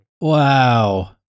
Wow